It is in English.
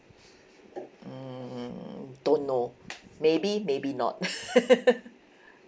mm don't know maybe maybe not